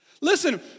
Listen